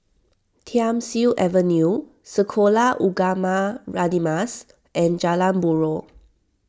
Thiam Siew Avenue Sekolah Ugama Radin Mas and Jalan Buroh